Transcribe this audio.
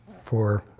for